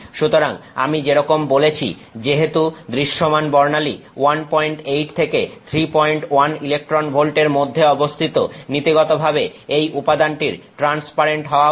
সুতরাং আমি যেরকম বলেছি যেহেতু দৃশ্যমান বর্ণালী 18 থেকে 31 ইলেকট্রন ভোল্টের মধ্যে অবস্থিত নীতিগতভাবে এই উপাদানটির ট্রান্সপারেন্ট হওয়া উচিত